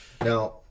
Now